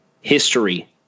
history